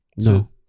no